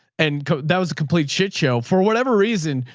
and that was a complete shit show for whatever reason.